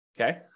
Okay